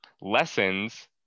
lessons